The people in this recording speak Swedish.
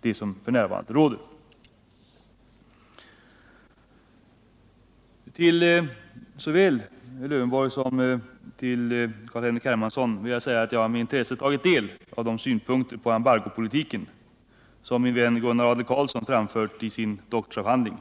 den nuvarande omfattningen. Jag vill vidare säga till såväl Alf Lövenborg som Carl-Henrik Hermansson att jag med intresse har tagit del av de synpunkter på embargopolitiken som min vän Gunnar Adler-Karlsson framfört i sin doktorsavhandling.